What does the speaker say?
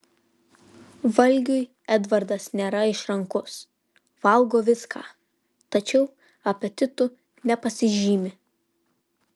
valgiui edvardas nėra išrankus valgo viską tačiau apetitu nepasižymi